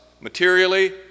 materially